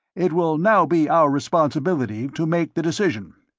it will now be our responsibility to make the decision.